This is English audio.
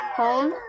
home